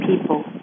people